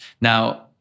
Now